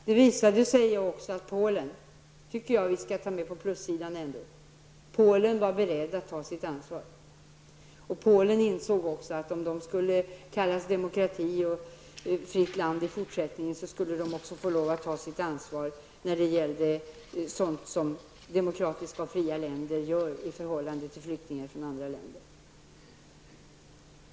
Det visade sig också att Polen -- och det tycker jag att vi skall ta med på plussidan -- var beredd att ta sitt ansvar. Man ansåg också i Polen att om Polen skulle kallas för demokrati och vara ett fritt land i fortsättningen, fick man lov att ta sitt ansvar på det sätt som demokratiska och fria länder gör när det gäller flyktingar från andra länder.